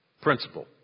principle